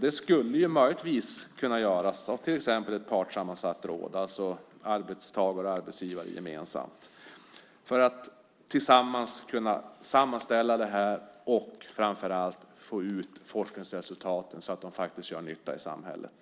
Det skulle möjligtvis kunna göras av till exempel ett partssammansatt råd, alltså arbetstagare och arbetsgivare gemensamt, som tillsammans kunde sammanställa detta och framför allt få ut forskningsresultaten så att de gör nytta i samhället.